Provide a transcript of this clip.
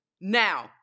Now